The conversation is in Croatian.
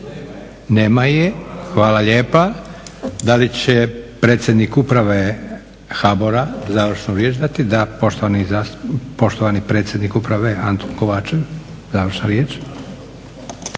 Nema je. Hvala lijepa. Da li će predsjednik uprave HBOR-a završnu riječ dati? Da. Poštovani predsjednik Uprave Anton Kovačev. **Kovačev,